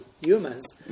humans